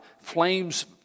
flames